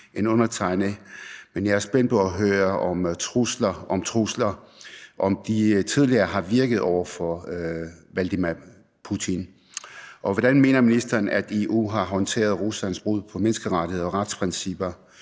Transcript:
end undertegnede, men jeg er spændt på at høre, om trusler tidligere har virket over for Vladimir Putin. Hvordan mener ministeren, at EU har håndteret Ruslands brud på menneskerettigheder og retsprincipper?